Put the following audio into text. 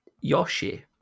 Yoshi